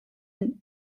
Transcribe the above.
and